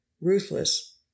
ruthless